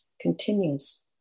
continues